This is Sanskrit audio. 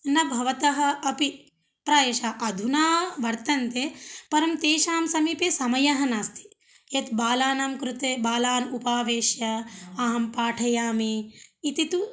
न भवतः अपि प्रायशः अधुना वर्तन्ते परं तेषां समीपे समयः नास्ति यद् बालानां कृते बालान् उपावेश्य अहं पाठयामि इति तु